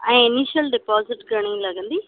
ऐं initial deposit घणी लॻंदी